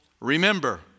Remember